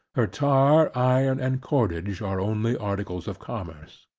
her tar, iron, and cordage are only articles of commerce.